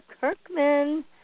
Kirkman